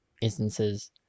instances